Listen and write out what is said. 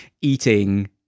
eating